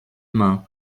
main